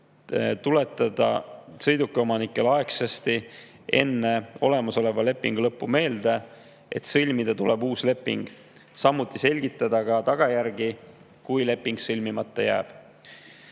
tuletada sõidukiomanikule aegsasti enne olemasoleva lepingu lõppu meelde, et sõlmida tuleb uus leping, samuti selgitada selle tagajärgi, kui leping sõlmimata jääb.